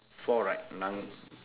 four right nan~